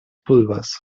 pulvers